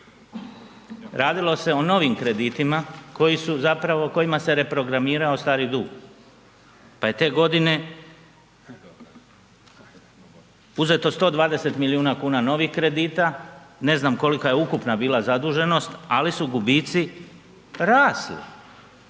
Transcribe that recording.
Radilo se o novim kreditima kojima se reprogramirao stari dug pa je te godine uzeto 120 milijuna kuna novih kredita. Ne znam kolika je ukupna bila zaduženost, ali su gubici rasli,